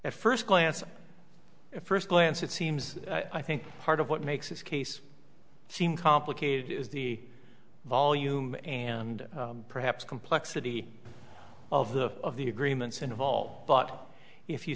at first glance at first glance it seems i think part of what makes this case seem complicated is the volume and perhaps complexity of the of the agreements involved but if you